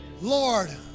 Lord